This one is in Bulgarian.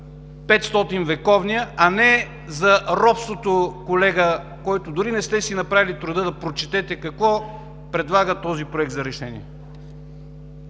500-вековния, а не за робството, колега, дори не сте си направили труда да прочетете какво предлага този Проект за решение.